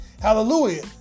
Hallelujah